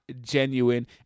genuine